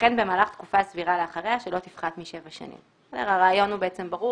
וכן במהלך תקופה סבירה לאחריה שלא תפחת משבע שנים." הרעיון ברור,